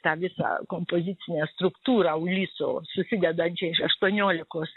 tą visą kompozicinę struktūrą uliso susidedančią iš aštuoniolikos